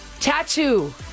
Tattoo